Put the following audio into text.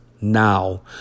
now